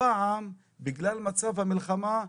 הפעם, בגלל מצב המלחמה,